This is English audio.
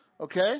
Okay